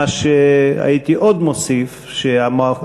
מה שהייתי מוסיף עוד,